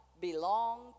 belong